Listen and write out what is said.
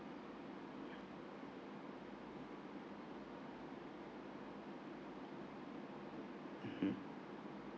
mmhmm